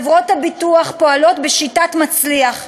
חברות הביטוח פועלות בשיטת "מצליח".